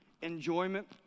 Enjoyment